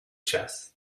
chess